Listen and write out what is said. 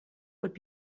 could